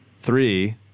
three